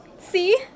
See